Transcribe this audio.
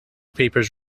papers